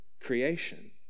creation